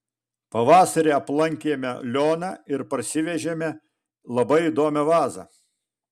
pavasarį aplankėme lioną ir parsivežėme labai įdomią vazą